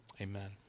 Amen